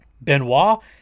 Benoit